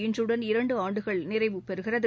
இன்றுடன் இரண்டுஆண்டுகள் நிறைவு பெறுகிறது